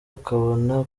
akabona